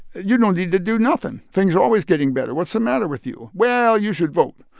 you don't need to do nothing things are always getting better what's the matter with you? well, you should vote,